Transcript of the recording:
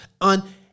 on